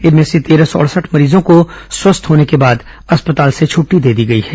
इनमें से तेरह सौ अडसठ मरीजों को स्वस्थ होने के बाद अस्पताल से छटटी दे दी गई है